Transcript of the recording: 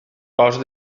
cos